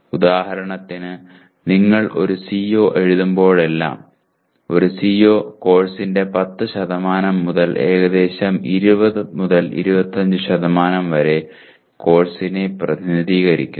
ഉദാഹരണത്തിന് നിങ്ങൾ ഒരു CO എഴുതുമ്പോഴെല്ലാം ഒരു CO കോഴ്സിന്റെ 10 മുതൽ ഏകദേശം 20 25 വരെ കോഴ്സിനെ പ്രതിനിധീകരിക്കുന്നു